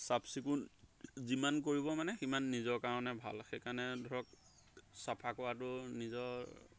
চাফ চিকুণ যিমান কৰিব মানে সিমান নিজৰ কাৰণে ভাল সেইকাৰণে ধৰক চাফা কৰাটো নিজৰ